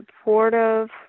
supportive